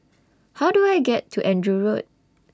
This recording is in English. How Do I get to Andrew Road